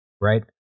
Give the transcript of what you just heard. right